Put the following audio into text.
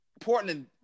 Portland